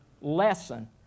lesson